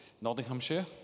Nottinghamshire